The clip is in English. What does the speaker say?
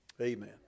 Amen